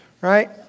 right